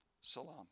Salam